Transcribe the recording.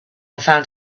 found